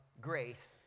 grace